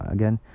Again